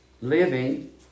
living